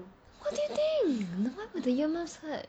what do you think why would the ear muffs hurt